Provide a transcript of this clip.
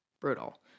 Brutal